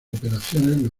operaciones